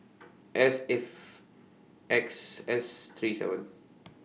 S F X S three seven